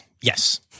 yes